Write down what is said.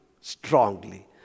strongly